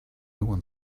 one